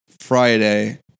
Friday